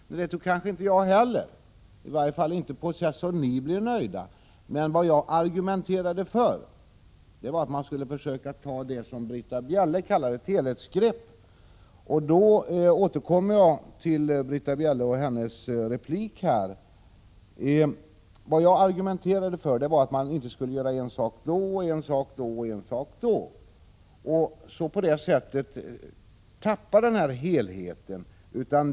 Nej, det tror inte jag heller, i varje fall inte så att ni blir nöjda. Jag återkommer till Britta Bjelles replik och vill framhålla att jag argumenterade för att man skulle försöka ta det helhetsgrepp som Britta Bjelle talade om och inte göra en sak nu och en sak då. På det sättet tappar man helheten.